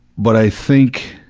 but, i think.